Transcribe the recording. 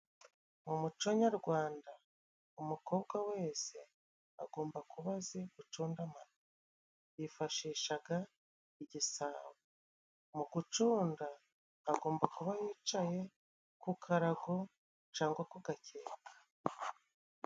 Mu muco nyarwanda umukobwa wese agomba kuba azi gucunda amata, yifashishaga igisabo. Mu gucunda agomba kuba yicaye ku karago cangwa ku gakeka.